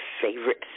favorite